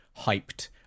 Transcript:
hyped